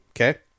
Okay